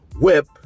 whip